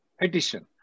Petition